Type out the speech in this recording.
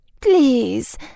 Please